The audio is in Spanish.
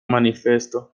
manifiesto